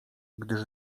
gdyż